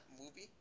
movie